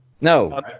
No